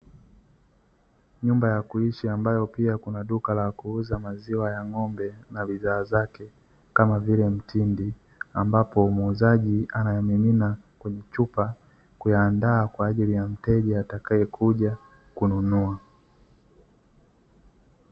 Nyumba ya kuishi ambayo pia kuna duka la kuuza maziwa ya ng'ombe na bidhaa zake kama vile mtindi ambapo muuzaji anayamimina kwenye chupa kuyaandaa kwa ajili ya mteja atakayekuja kununua.